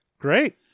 Great